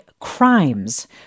crimes